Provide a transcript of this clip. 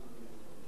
זה לא בסדר,